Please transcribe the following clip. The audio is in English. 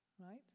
Right